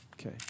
Okay